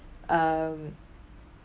um